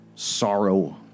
Sorrow